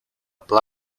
pla